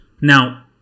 Now